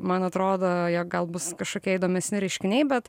man atrodo jie gal bus kažkokie įdomesni reiškiniai bet